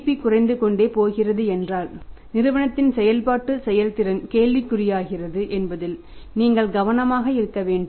P குறைந்து கொண்டே போகிறது என்றால் நிறுவனத்தின் செயல்பாட்டு செயல்திறன் கேள்விக்குறியாகிறது என்பதில் நீங்கள் கவனமாக இருக்க வேண்டும்